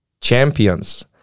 champions